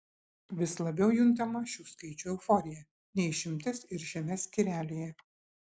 vis labiau juntama šių skaičių euforija ne išimtis ir šiame skyrelyje